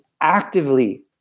actively